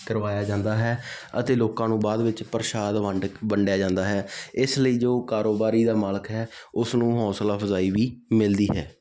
ਕਰਵਾਇਆ ਜਾਂਦਾ ਹੈ ਅਤੇ ਲੋਕਾਂ ਨੂੰ ਬਾਅਦ ਵਿੱਚ ਪ੍ਰਸ਼ਾਦ ਵੰਡ ਵੰਡਿਆ ਜਾਂਦਾ ਹੈ ਇਸ ਲਈ ਜੋ ਕਾਰੋਬਾਰ ਦਾ ਮਾਲਕ ਹੈ ਉਸ ਨੂੰ ਹੌਸਲਾ ਅਫਜਾਈ ਵੀ ਮਿਲਦੀ ਹੈ